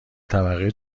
طبقه